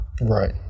Right